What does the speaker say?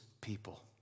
people